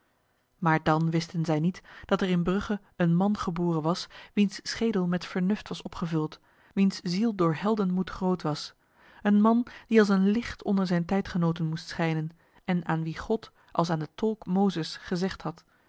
maar dan wisten zij niet dat er in brugge een man geboren was wiens schedel met vernuft was opgevuld wiens ziel door heldenmoed groot was een man die als een licht onder zijn tijdgenoten moest schijnen en aan wie god als aan de tolk mozes gezegd had